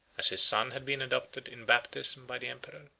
as his son had been adopted in baptism by the emperor,